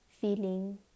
feeling